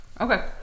Okay